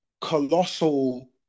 colossal